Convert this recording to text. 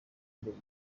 imbere